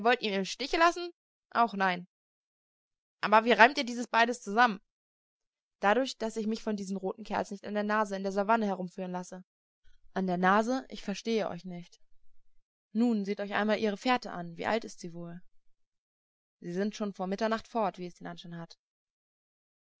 im stiche lassen auch nein aber wie reimt ihr dieses beides zusammen dadurch daß ich mich von diesen roten kerls nicht an der nase in der savanne herumführen lasse an der nase ich verstehe euch nicht nun seht euch einmal ihre fährte an wie alt ist sie wohl sie sind schon vor mitternacht fort wie es den anschein hat